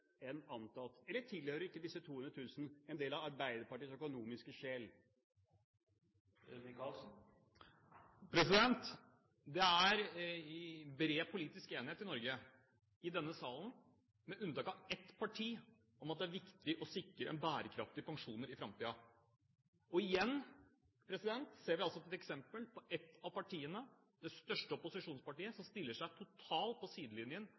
enn antatt, eller tilhører ikke disse 200 000 en del av Arbeiderpartiets økonomiske sjel? Det er bred politisk enighet i denne salen, med unntak av ett parti, om at det er viktig å sikre bærekraftige pensjoner i framtiden. Og igjen ser vi altså et eksempel på at ett av partiene, det største opposisjonspartiet, stiller seg totalt på sidelinjen